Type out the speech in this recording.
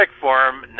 form